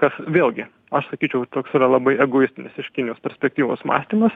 kas vėlgi aš sakyčiau toks yra labai egoistinis iš kinijos perspektyvos mąstymas